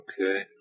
okay